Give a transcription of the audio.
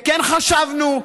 וכן חשבנו,